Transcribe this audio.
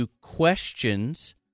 questions